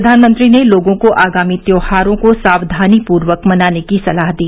प्रधानमंत्री ने लोगों को आगामी त्यौहारों को सावधानीपूर्वक मनाने की सलाह दी